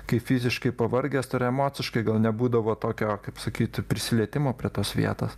kai fiziškai pavargęs tai ir emociškai gal nebūdavo tokio kaip sakyti prisilietimo prie tos vietos